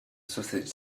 sausage